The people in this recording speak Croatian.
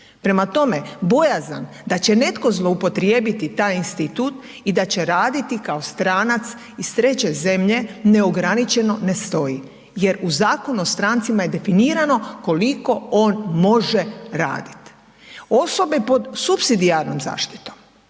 prema tome bojazan da će netko zloupotrijebiti taj institut i da će raditi kao stranac iz treće zemlje neograničeno, ne stoji jer u Zakonu o strancima je definirano koliko on može radit. Osobe pod supsidijarnom zaštitom